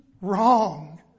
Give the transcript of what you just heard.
wrong